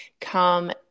come